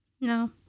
No